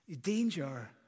danger